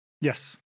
Yes